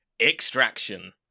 Extraction